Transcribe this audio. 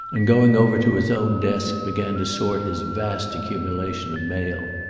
and going over to his own desk began to sort his vast accumulation of mail.